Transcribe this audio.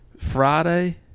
Friday